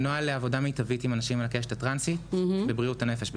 נוהל לעבודה מיטבית עם אנשים על הקשת הטרנסית בבריאות הנפש,